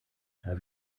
have